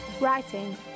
Writing